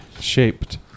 Shaped